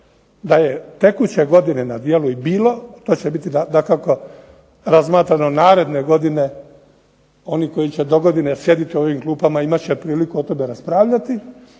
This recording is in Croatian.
da je tekuće godine na djelu i bilo, to će biti dakako razmatrano naredne godine. Oni koji će dogodine sjedit u ovim klupama imat će priliku o tome raspravljati.